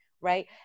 right